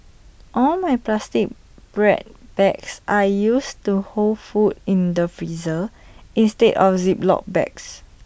all my plastic bread bags are used to hold food in the freezer instead of Ziploc bags